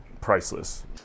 priceless